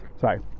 sorry